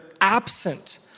absent